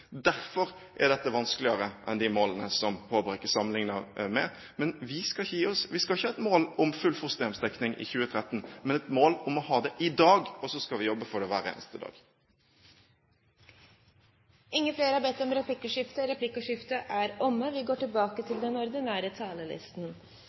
derfor er dette vanskeligere enn de målene som representanten Håbrekke sammenligner med. Men vi skal ikke gi oss. Vi skal ikke ha et mål om full fosterhjemsdekning i 2013, men et mål om å ha det i dag. Og så skal vi jobbe for det hver eneste